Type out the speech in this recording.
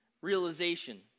realization